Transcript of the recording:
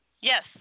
Yes